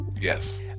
Yes